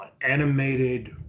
animated